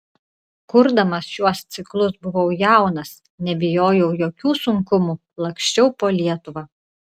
kurdamas šiuos ciklus buvau jaunas nebijojau jokių sunkumų laksčiau po lietuvą